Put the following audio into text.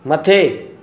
मथे